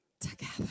together